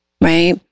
right